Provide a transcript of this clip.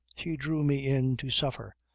she drew me in to suffer,